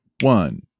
One